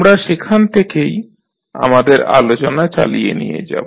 আমরা সেখান থেকেই আমাদের আলোচনা চালিয়ে নিয়ে যাব